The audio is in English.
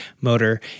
motor